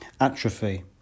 atrophy